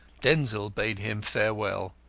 denzil bade him farewell,